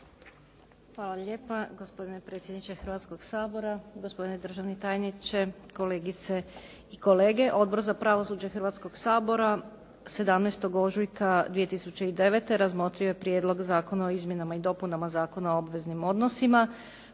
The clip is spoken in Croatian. Hvala lijepa, gospodine predsjedniče Hrvatskoga sabora. Gospodine državni tajniče, kolegice i kolege. Odbor za pravosuđe Hrvatskog sabora 17. ožujka 2009. razmotrio je prijedlog Zakona o izmjenama i dopunama Zakona o obveznim odnosima